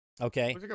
Okay